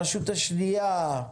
הרשות השנייה,